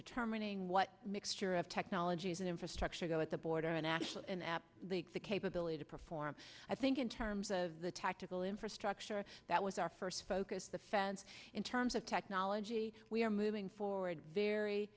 determining what mixture of technologies and infrastructure go at the border national an app the capability to perform i think in terms of the tactical infrastructure that was our first focus the fence in terms of technology we are moving forward very